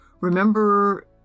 remember